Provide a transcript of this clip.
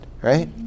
right